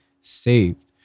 saved